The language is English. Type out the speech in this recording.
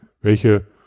welche